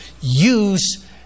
use